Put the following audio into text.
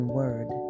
word